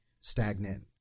stagnant